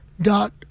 Dot